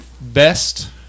best